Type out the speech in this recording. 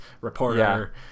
reporter